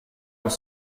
aux